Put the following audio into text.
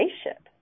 spaceship